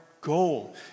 goal